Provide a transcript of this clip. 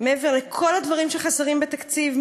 מעבר לכל הדברים שחסרים בתקציב,